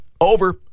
Over